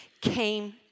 came